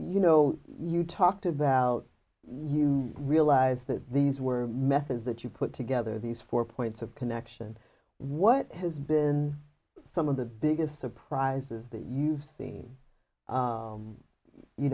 you know you talked about you realize that these were methods that you put together these four points of connection what has been some of the biggest surprises the you've seen